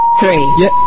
three